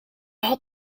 had